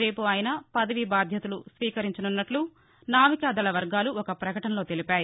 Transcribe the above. రేపు ఆయన పదవీ బాధ్యతలు స్వీకరించనున్నట్టు నావికదళవర్గాలు ఒక ప్రకటనలో తెలిపాయి